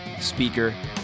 speaker